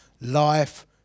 life